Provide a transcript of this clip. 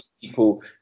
people